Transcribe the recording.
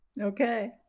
Okay